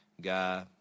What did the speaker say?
guy